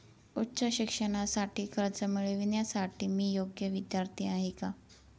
उच्च शिक्षणासाठी कर्ज मिळविण्यासाठी मी योग्य विद्यार्थी आहे का?